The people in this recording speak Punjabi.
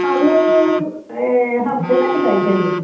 ਸਾਨੂੰ ਹਫ਼ਤੇ ਤੱਕ ਚਾਹੀਦਾ ਜੀ